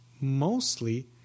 mostly